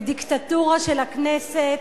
בדיקטטורה של הכנסת,